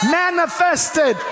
manifested